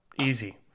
easy